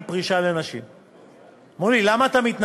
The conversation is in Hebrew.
תשאל אותו חברת הכנסת נאוה בוקר.